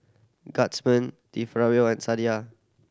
Guardsman De and Sadia